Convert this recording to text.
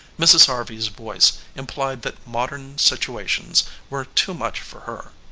mrs. harvey's voice implied that modern situations were too much for her.